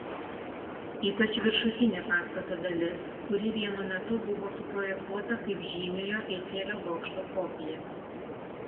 ypač viršutinė pastato dalis kuri vienu metu buvo suprojektuota kaip žymiojo eifelio bokšto kopija